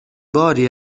باری